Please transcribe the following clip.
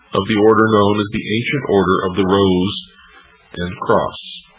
of the order known as the ancient order of the rose and cross.